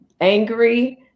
angry